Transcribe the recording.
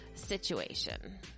situation